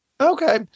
Okay